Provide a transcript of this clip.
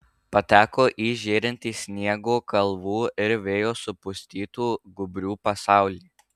pateko į žėrintį sniego kalvų ir vėjo supustytų gūbrių pasaulį